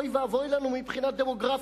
אוי ואבוי לכם מבחינה דמוגרפית.